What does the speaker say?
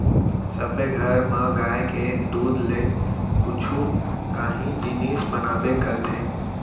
सबे घर म गाय के दूद ले कुछु काही जिनिस बनाबे करथे